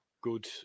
good